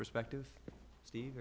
perspective steve